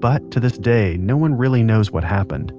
but to this day, no one really knows what happened